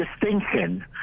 distinction